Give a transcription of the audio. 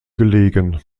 gelegen